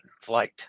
flight